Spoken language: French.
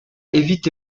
évite